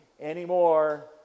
anymore